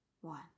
one